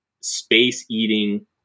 space-eating